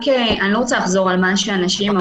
אני לא רוצה לחזור על מה שאנשים אמרו,